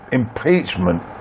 impeachment